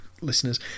listeners